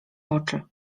oczy